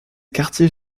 quartiers